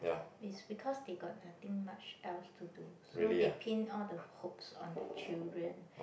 it's because they got nothing much else to do so they pin all the hopes on the children